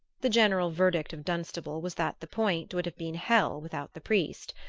the general verdict of dunstable was that the point would have been hell without the priest.